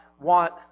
want